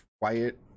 Quiet